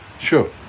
sure